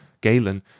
Galen